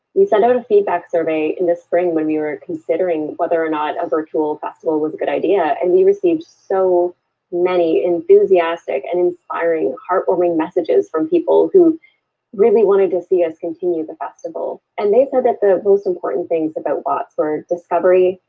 we sent out a and feedback survey in the spring when we were considering whether or not a virtual festival was a good idea and we received so many enthusiastic and inspiring heartwarming messages from people who really wanted to see us continue the festival. and they said that the most important things about wots were discovery,